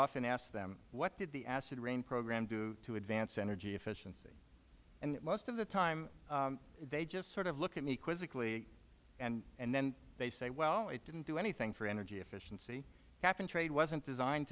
often ask them what did the acid rain program do to advance energy efficiency and most of the time they just sort of look at me quizzically and then they say well it didn't do anything for energy efficiency cap and trade wasn't designed